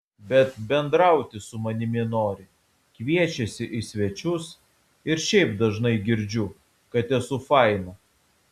bet bendrauti su manimi nori kviečiasi į svečius ir šiaip dažnai girdžiu kad esu faina